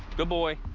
good boy.